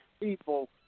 people